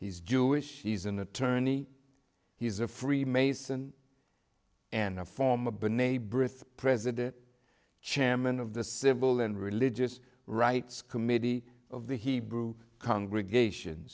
he's jewish he's an attorney he's a freemason and a former b'nai brith president chairman of the civil and religious rights committee of the hebrew congregation